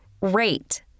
rate